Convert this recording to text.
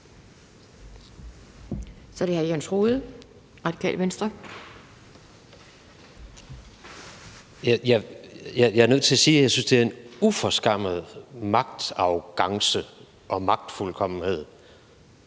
Så er det hr. Jens Rohde. Kl. 10:49 Jens Rohde (RV): Jeg er nødt til at sige, at jeg synes, det er en uforskammet magtarrogance og magtfuldkommenhed,